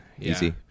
Easy